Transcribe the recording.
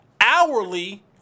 hourly